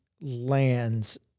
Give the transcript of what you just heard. lands